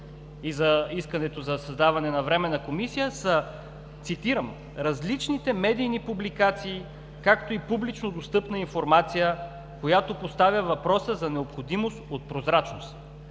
и за искането за създаване на Временна комисия, са цитирам: „различните медийни публикации, както и публично достъпна информация, която поставя въпроса за необходимост от прозрачност“.